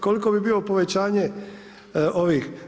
Koliko bi bilo povećanje ovih.